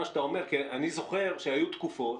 כי אני זוכר שהיו תקופות,